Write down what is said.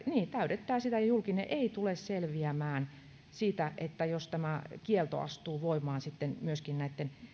niin täydentää sitä julkinen ei tule selviämään siitä jos tämä kielto astuu voimaan sitten myöskin näitten